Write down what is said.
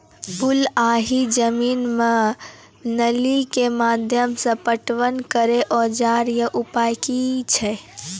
बलूआही जमीन मे नाली के माध्यम से पटवन करै औजार या उपाय की छै?